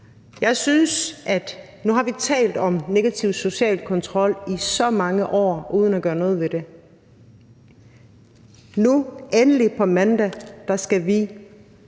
deres børn. Nu har vi talt om negativ social kontrol i så mange år uden at gøre noget ved det, og nu – endelig – på mandag skal vi